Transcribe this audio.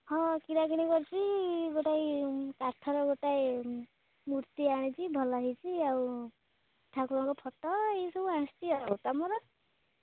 ହଁ କିଣାକିଣି କରିଛି ଗୋଟାଏ କାଠର ଗୋଟାଏ ମୂର୍ତ୍ତି ଆଣିଛି ଭଲ ହେଇଛି ଆଉ ଠାକୁରଙ୍କ ଫଟୋ ଏହିସବୁ ଆଣିଛି ଆଉ ତୁମର